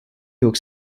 york